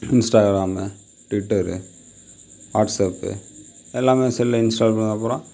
Instagram Twitter WhatsApp எல்லாம் செல்லில் install பண்ணிணதுக்கு அப்புறம்